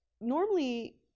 normally